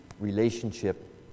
relationship